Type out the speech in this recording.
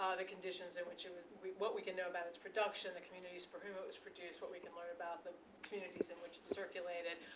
ah the conditions in which it was what we can know about its production, the communities for whom it was produced, what we can learn about the communities in which it circulated,